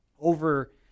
Over